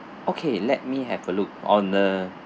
okay let me have a look on a